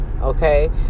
Okay